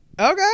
Okay